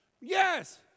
Yes